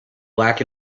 black